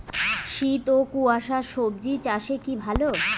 শীত ও কুয়াশা স্বজি চাষে কি ভালো?